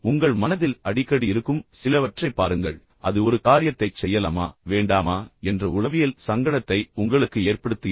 உங்கள் மனதில் அடிக்கடி இருக்கும் சிலவற்றைப் பாருங்கள் அது ஒரு காரியத்தைச் செய்யலாமா வேண்டாமா என்ற உளவியல் சங்கடத்தை உங்களுக்கு ஏற்படுத்துகிறது